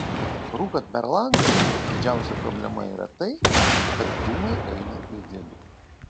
rūkant per langą didžiausia problema yra tai kad dūmai eina į vidų